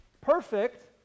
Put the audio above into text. perfect